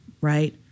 right